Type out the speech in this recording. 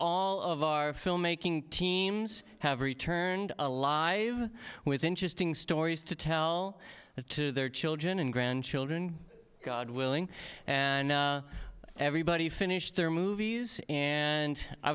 all of our filmmaking teams have returned alive with interesting stories to tell that to their children and grandchildren god willing and everybody finished their movies and i